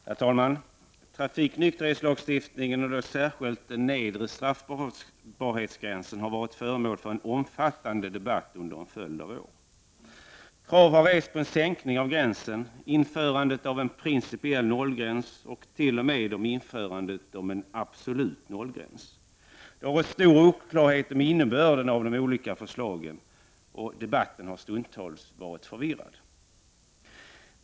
Herr talman! Trafiknykterhetslagstiftningen, och då särskilt den nedre straffbarhetsgränsen, har varit föremål för en omfattande debatt under en följd av år. Krav har rests på en sänkning av gränsen, på införande av en principiell nollgräns och t.o.m. på införande av en absolut nollgräns. Oklarheten om innebörden av de olika förslagen har varit stor, och debatten har stundtals varit förvirrad.